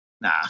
nah